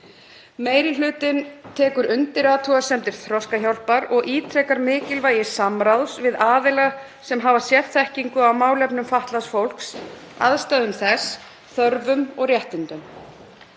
Meiri hlutinn tekur undir athugasemdir Þroskahjálpar og ítrekar mikilvægi samráðs við aðila sem hafa sérþekkingu á málefnum fatlaðs fólks, aðstæðum þess, þörfum og réttindum.